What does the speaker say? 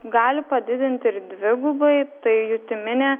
gali padidinti ir dvigubai tai jutiminė